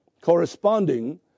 corresponding